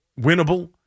winnable